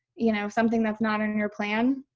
you know, something that's not in and your plan,